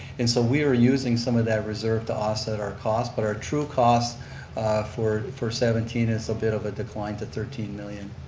and so we are using some of that reserve to off-set our costs, but our true costs for for seventeen is a bit of decline to thirteen million.